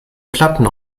platten